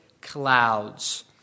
clouds